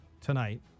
tonight